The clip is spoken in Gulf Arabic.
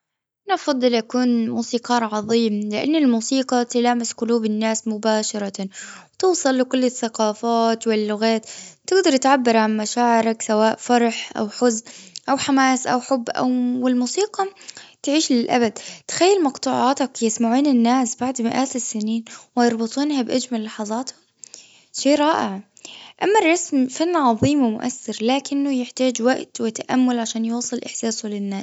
الأفضل أكون موسيقار عظيم لأن الموسيقى تلامس قلوب الناس مباشرة. توصل لكل الثقافات واللغات. بتقدري تعبر عن مشاعرك سواء فرح أو حزن أو حماس أو حب أو الموسيقى تعيش للأبد. تخيل مقطوعاتك يسمعونه الناس بعد مئات السنين ويرموزنه با أجمل لحظاتهم. شي رائع. أما الرسم فن عظيم ومؤثر لكنه يحتاج وقت وتأمل عشان يوصل أحساسه للناس.